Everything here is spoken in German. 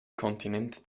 kontinent